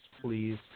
please